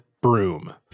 broom